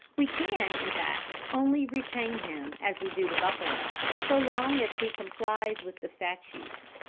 we can, in fact, only retain him as we do the buffalo, so long as he complies with the statutes.